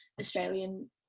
australian